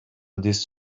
these